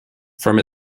from